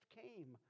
came